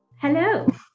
Hello